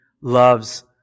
loves